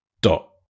dot